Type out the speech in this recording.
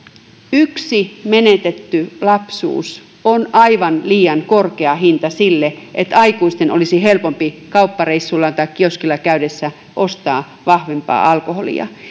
yksi menetetty lapsuus on aivan liian korkea hinta sille että aikuisten olisi helpompi kauppareissullaan tai kioskilla käydessään ostaa vahvempaa alkoholia